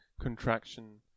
...contraction